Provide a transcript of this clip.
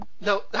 no